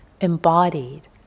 embodied